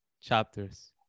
chapters